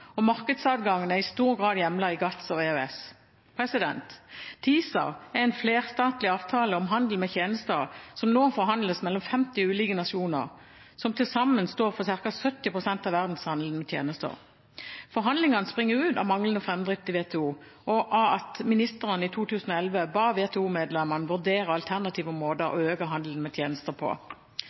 og markedsadgangen er i stor grad hjemlet i GATS og EØS. TiSA er en flerstatlig avtale om handel med tjenester som nå forhandles mellom 50 ulike nasjoner, som til sammen står for ca. 70 pst. av verdenshandelen med tjenester. Forhandlingene springer ut av manglende framdrift i WTO og av at ministrene i 2011 ba WTO-medlemmene vurdere alternative måter å øke handelen med tjenester på.